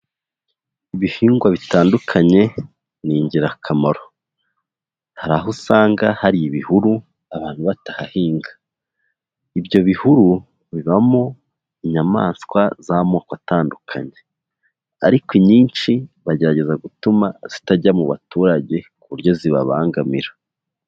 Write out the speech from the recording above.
Ibihingwa bitandukanye ni ingirakamaro, hari aho usanga hari ibihuru abantu batahahinga, ibyo bihuru bibamo inyamaswa z'amoko atandukanye, ariko nyinshi bagerageza gutuma zitajya mu baturage ku buryo zibabangamira.